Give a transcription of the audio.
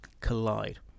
collide